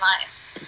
lives